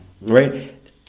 Right